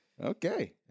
Okay